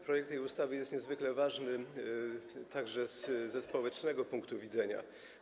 Projekt tej ustawy jest niezwykle ważny, także ze społecznego punktu widzenia.